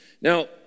Now